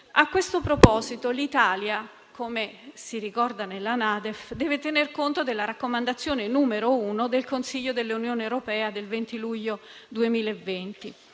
A questo proposito, l'Italia, come si ricorda nella NADEF, deve tener conto della raccomandazione n. 1 del Consiglio dell'Unione europea del 20 luglio 2020: